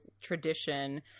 tradition